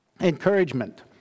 Encouragement